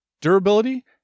durability